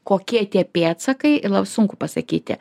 kokie tie pėdsakai ilau sunku pasakyti